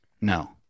No